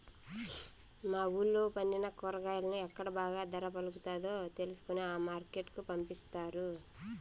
మా వూళ్ళో పండిన కూరగాయలను ఎక్కడ బాగా ధర పలుకుతాదో తెలుసుకొని ఆ మార్కెట్ కు పంపిస్తారు